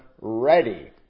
ready